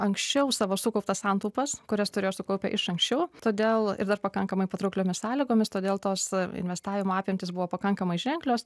anksčiau savo sukauptas santaupas kurias turėjo sukaupę iš anksčiau todėl ir dar pakankamai patraukliomis sąlygomis todėl tos investavimo apimtys buvo pakankamai ženklios